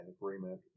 agreement